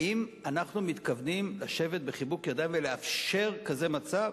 האם אנחנו מתכוונים לשבת בחיבוק ידיים ולאפשר כזה מצב?